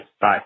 Bye